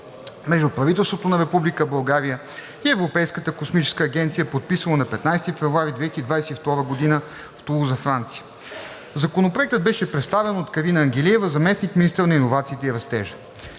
между правителството на Република България и Европейската космическа агенция, подписано на 15 февруари 2022 г. в Тулуза, Франция. Законопроектът беше представен от Карина Ангелиева – заместник-министър на иновациите и растежа.